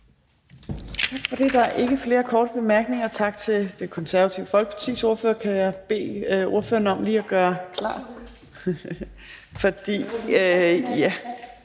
Tak for det. Der er ikke flere korte bemærkninger, så tak til Det Konservative Folkepartis